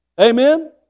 Amen